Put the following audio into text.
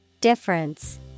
Difference